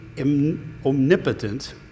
omnipotent